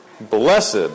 Blessed